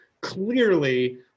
clearly